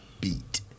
beat